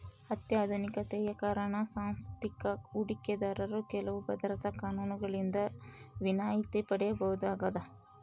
ಅತ್ಯಾಧುನಿಕತೆಯ ಕಾರಣ ಸಾಂಸ್ಥಿಕ ಹೂಡಿಕೆದಾರರು ಕೆಲವು ಭದ್ರತಾ ಕಾನೂನುಗಳಿಂದ ವಿನಾಯಿತಿ ಪಡೆಯಬಹುದಾಗದ